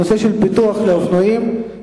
הנושא של ביטוח לאופנועים.